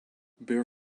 bare